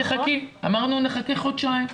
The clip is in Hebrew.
אמרנו 'נחכה חודשיים'.